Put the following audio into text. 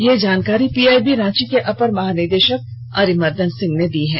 यह जानकारी पीआईबी रांची के अपर महानिदेशक अरिमर्दन सिंह ने दी है